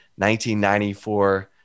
1994